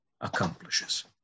accomplishes